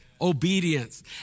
obedience